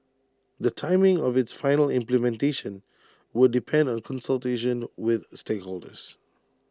the timing of its final implementation would depend on consultation with stakeholders